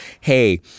Hey